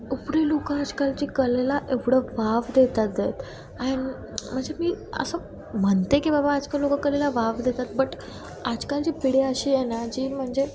एवढे लोकं आजकालची कलेला एवढं वाव देतात आहेत ॲन म्हणजे मी असं म्हणते की बाबा आजकाल लोकं कलेला वाव देतात बट आजकालची पिढी अशी आहे ना जी म्हणजे